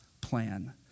plan